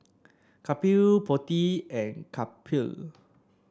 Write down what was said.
Kapil Potti and Kapil